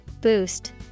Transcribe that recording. Boost